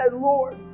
Lord